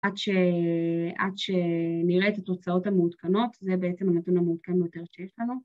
‫עד שנראה את התוצאות המעודכנות, ‫זה בעצם הנתון המעודכן ביותר שיש לנו.